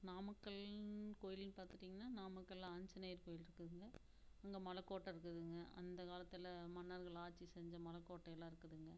நாமக்கல்னு கோயில்னு பார்த்துட்டீங்கன்னா நாமக்கல்லில் ஆஞ்சநேயர் கோயில் இருக்குதுங்க அங்கே மலக்கோட்டை இருக்குதுங்க அந்த காலத்தில் மன்னர்கள் ஆட்சி செஞ்ச மலைக்கோட்டை எல்லாம் இருக்குதுங்க